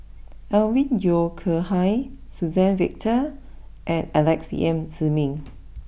Alvin Yeo Khirn Hai Suzann Victor and Alex Yam Ziming